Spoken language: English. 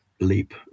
leap